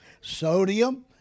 sodium